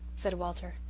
said walter.